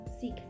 seek